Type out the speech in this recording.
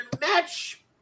match